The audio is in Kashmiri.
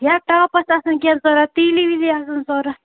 یا ٹاپَس آسَن کیٚنٛہہ ضوٚرَتھ تیٖلی ویٖلی آسَن ضوٚرَتھ